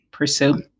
Pursue